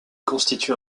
constitue